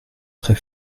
très